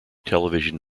television